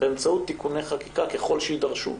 באמצעות תיקוני חקיקה ככל שיידרשו,